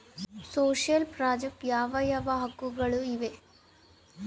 Social project ಯಾವ ಯಾವ ಹಕ್ಕುಗಳು ಇವೆ?